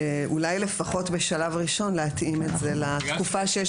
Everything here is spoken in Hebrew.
אולי לפחות בשלב ראשון להתאים את זה לתקופה שיש